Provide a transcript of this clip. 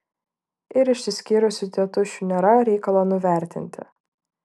ir išsiskyrusių tėtušių nėra reikalo nuvertinti